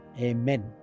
amen